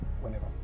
whenever